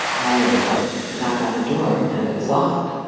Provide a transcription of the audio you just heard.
or i went to go knock on her door. and it was locked.